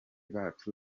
bacu